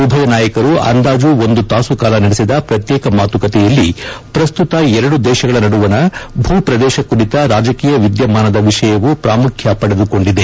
ಉಭಯ ನಾಯಕರು ಅಂದಾಜು ಒಂದು ತಾಸು ಕಾಲ ನಡೆಸಿದ ಪ್ರಕ್ಶೇಕ ಮಾತುಕತೆಯಲ್ಲಿ ಪ್ರಸ್ತುತ ಎರಡು ದೇಶಗಳ ನಡುವಣ ಭೂ ಪ್ರದೇಶ ಕುರಿತ ರಾಜಕೀಯ ವಿದ್ಯಮಾನದ ವಿಷಯವೂ ಪ್ರಾಮುಖ್ಯ ಪಡೆದುಕೊಂಡಿದೆ